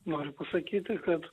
noriu pasakyti kad